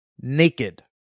naked